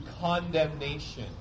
condemnation